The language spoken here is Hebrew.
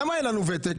למה אין לנו ותק?